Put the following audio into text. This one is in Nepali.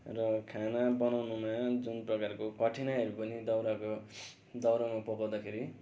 र खाना बनाउनुमा जुन प्रकारको कठिनाइहरू पनि दाउराको दाउरामा पकाउँदाखेरि